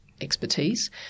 expertise